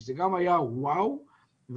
זה גם היה וואו והיום